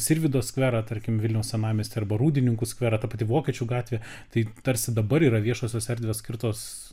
sirvydo skverą tarkim vilniaus senamiesty arba rūdininkų skverą ta pati vokiečių gatvė tai tarsi dabar yra viešosios erdvės skirtos